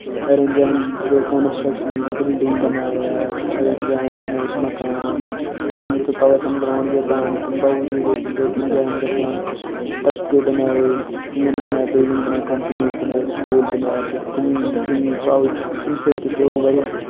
اَرٮ۪ن جایَن گٔے constructions building بَنایکھ اَڑٮ۪ن جایَن بَنایَکھ مَکان تِم تہٕ تَوَے تِم گرٛاوُنٛڈ گٔے بَنٛد تمہِ باوجوٗد ٲسۍ أسۍ بیٚکٮ۪ن جایَن گژھان تَتہِ تہِ بَنایے یِم بَناے بِلڈِنٛگ بَناے کَمپٔنیٖز بَناے سکوٗل بَناے تہٕ تِم تمہِ باو تمہِ سۭتۍ تہِ پیوٚو واریاہ